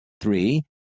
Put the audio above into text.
Three